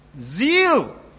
zeal